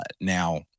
Now